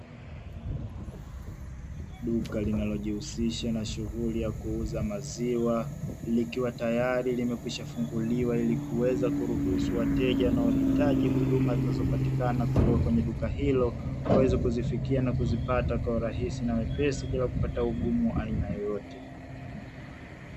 Duka linalojihusisha na shughuli ya kuuza maziwa likiwa tayari limekwisha funguliwa ili kuweza kuruhusu wateja wanaohitaji huduma zinazopatikana, kutoka kwenye duka hilo waweze kuzifikia na kuzipata kwa urahisi na wepesi bila kupata ugumu wa aina yoyote.